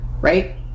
right